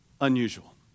unusual